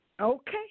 Okay